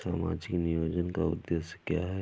सामाजिक नियोजन का उद्देश्य क्या है?